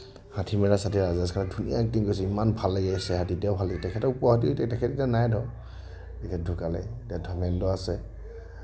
হাথী মেৰা চাথী ৰাজেশ খান্নাৰ ধুনীয়া এক্টিং কৰিছিলে ইমান ভাল লাগিছিলে তেতিয়াও ভাল তেখেতক পোৱা হেতিন তেতিয়া তেখেত এতিয়া নাই ধৰক তেখেত ঢুকালে এতিয়া ধৰ্মেন্দ্ৰ আছে